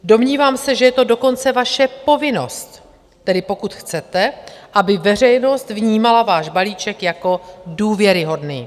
Domnívám se, že je to dokonce vaše povinnost, tedy pokud chcete, aby veřejnost vnímala váš balíček jako důvěryhodný.